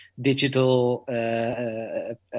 digital